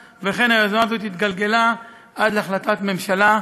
ואכן, היוזמה הזאת התגלגלה עד להחלטת ממשלה,